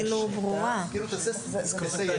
תרנגולות מטילות אלא בהתקיים התנאים האלה